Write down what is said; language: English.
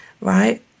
right